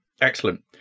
Excellent